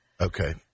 Okay